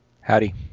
howdy